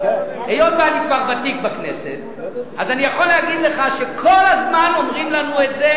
היות שאני כבר ותיק בכנסת אני יכול להגיד לך שכל הזמן אומרים לנו את זה.